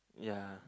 yeah